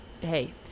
Hey